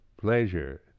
pleasure